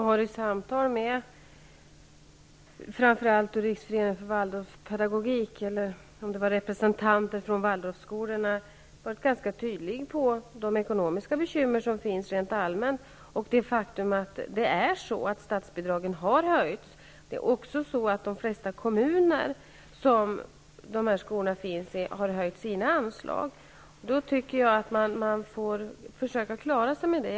Fru talman! Jag har i samtal med representanter för Waldorfskolorna varit tydlig angående de ekonomiska bekymmer som finns. Statsbidragen har höjts. De flesta kommuner som dessa skolor finns i har också höjt sina anslag. Skolorna får försöka klara sig med de bidragen.